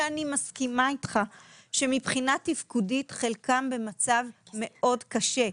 שאני מסכימה איתך שמבחינה תפקודית חלקם במצב מאוד קשה,